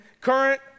current